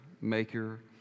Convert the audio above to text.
maker